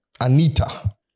Anita